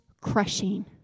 crushing